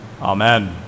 Amen